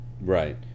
Right